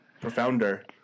profounder